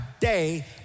day